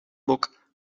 bok